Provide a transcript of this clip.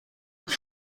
خوبی